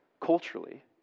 culturally